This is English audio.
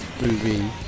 movie